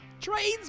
Trades